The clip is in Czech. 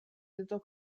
tyto